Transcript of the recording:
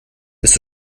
ist